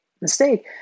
mistake